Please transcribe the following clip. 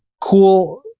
cool